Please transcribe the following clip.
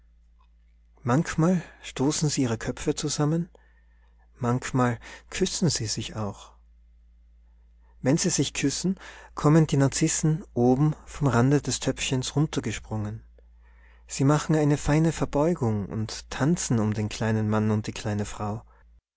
manchmal stoßen sie ihre köpfe zusammen manchmal küssen sie sich auch wenn sie sich küssen kommen die narzissen oben vom rande des töpfchens runtergesprungen sie machen eine feine verbeugung und tanzen um den kleinen mann und die kleine frau